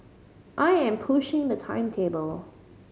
I am pushing the timetable